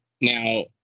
now